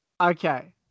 Okay